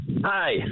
Hi